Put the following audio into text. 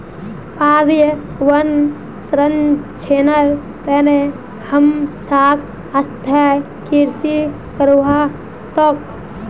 पर्यावन संरक्षनेर तने हमसाक स्थायी कृषि करवा ह तोक